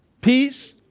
peace